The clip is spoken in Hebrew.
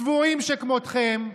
צבועים שכמותכם,